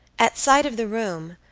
at sight of the room,